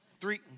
Three